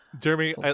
Jeremy